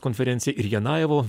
konferencija ir janajevo